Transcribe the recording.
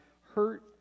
hurt